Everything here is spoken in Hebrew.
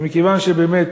ומכיוון שבאמת